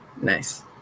Nice